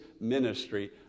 ministry